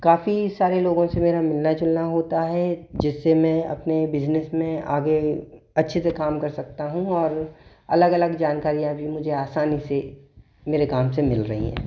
काफ़ी सारे लोगों से मेरा मिलना जुलना होता है जिससे मैं अपने बिज़नेस में आगे अच्छे से काम कर सकता हूँ और अलग अलग जानकारियाँ भी मुझे आसानी से मेरे काम से मिल रही हैं